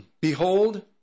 Behold